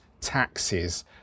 taxes